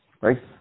right